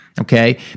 okay